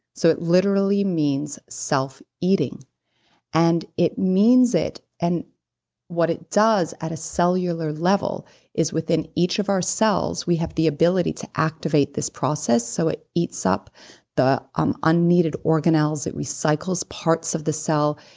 so it literally means selfeating, and it means it. and what it does at a cellular level is within each of ourselves we have the ability to activate this process so it eats up the um unneeded organelles, it recycles parts of the cell,